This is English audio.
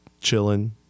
chilling